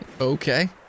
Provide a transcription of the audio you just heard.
Okay